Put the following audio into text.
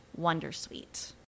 wondersuite